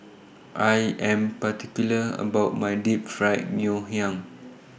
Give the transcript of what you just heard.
I Am particular about My Deep Fried Ngoh Hiang